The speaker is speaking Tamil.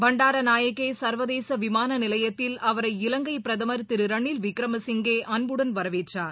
பண்டாரநாயகேசர்வதேசவிமானநிலையத்தில் இலங்கைபிரதமர் அவரை திருரனில் விக்ரமசிங்கேஅன்புடன் வரவேற்றார்